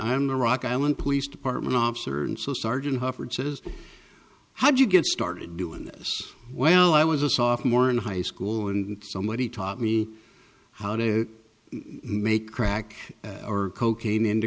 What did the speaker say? i'm the rock island police department officer and so sergeant hovered says how did you get started doing this well i was a sophomore in high school and somebody taught me how to make crack or cocaine into